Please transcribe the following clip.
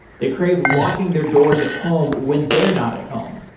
they crave locking their doors at home when they're not at home.